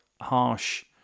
harsh